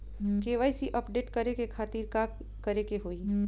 KYC update करे के खातिर का करे के होई?